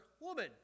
Woman